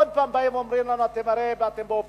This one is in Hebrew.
עוד פעם באים ואומרים לנו: אתם הרי באופוזיציה,